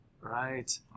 right